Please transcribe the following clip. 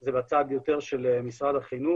זה בצד יותר של משרד החינוך.